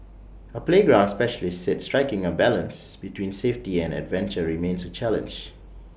A playground specialist said striking A balance between safety and adventure remains A challenge